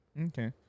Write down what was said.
Okay